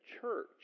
church